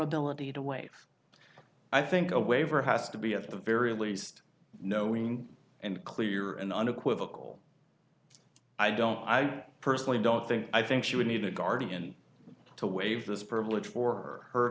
ability to waive i think a waiver has to be at the very least knowing and clear and unequivocal i don't i personally don't think i think she would need a guardian to waive this privilege